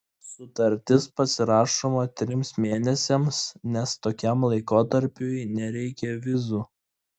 sutartis pasirašoma trims mėnesiams nes tokiam laikotarpiui nereikia vizų